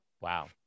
Wow